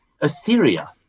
Assyria